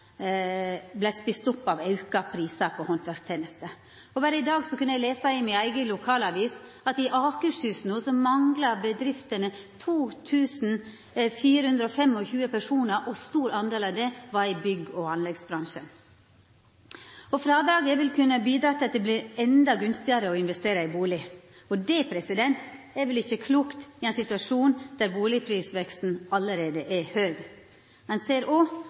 av auka prisar på handverkstenester. I dag kunne eg lesa i mi eiga lokalavis at i Akershus manglar bedriftene no 2 425 personar – og ein stor del i bygg- og anleggsbransjen. Frådraget vil kunna bidra til at det vert endå gunstigare å investera i bustad. Det er vel ikkje klokt i ein situasjon der bustadprisveksten allereie er høg. Ein ser